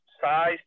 size